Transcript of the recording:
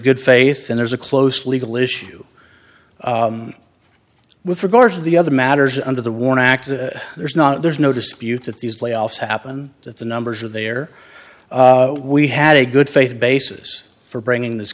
good faith and there's a close legal issue with regard to the other matters under the one act there's not there's no dispute that these layoffs happen that the numbers are there we had a good faith basis for bringing this